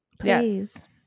please